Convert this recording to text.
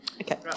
Okay